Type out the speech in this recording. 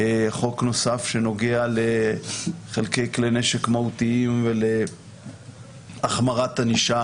חוק נוסף שנוגע לחלקי כלי נשק מהותיים ולהחמרת ענישה